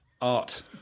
art